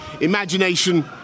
imagination